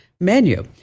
menu